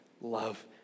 love